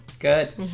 Good